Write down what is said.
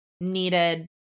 needed